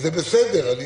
זה בסדר.